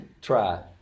try